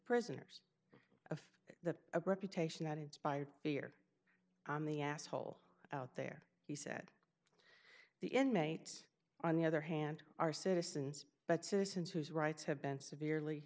prisoners the reputation that inspired fear the asshole out there he said the inmates on the other hand are citizens but citizens whose rights have been severely